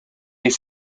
les